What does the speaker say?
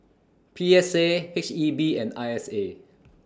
P S A H E B and I S A